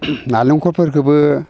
नारेंखलफोरखौबो